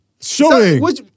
Showing